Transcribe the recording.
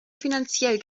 finanziell